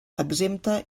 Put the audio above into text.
exempta